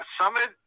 summit